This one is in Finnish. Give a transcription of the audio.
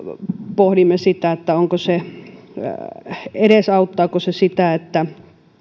pohdimme sitä edesauttaako se sitä että